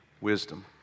wisdom